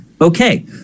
Okay